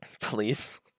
please